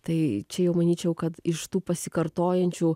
tai čia jau manyčiau kad iš tų pasikartojančių